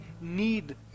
need